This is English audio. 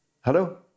Hello